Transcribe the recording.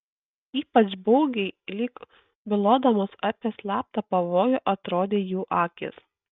ypač baugiai lyg bylodamos apie slaptą pavojų atrodė jų akys